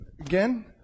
again